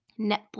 Netflix